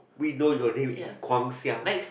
we know your name eh Guang-Xiang